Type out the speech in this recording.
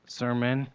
sermon